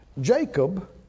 Jacob